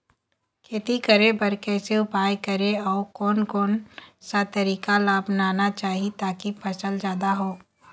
खेती करें बर कैसे उपाय करें अउ कोन कौन सा तरीका ला अपनाना चाही ताकि फसल जादा हो?